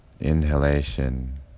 inhalation